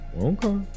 Okay